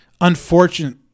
unfortunate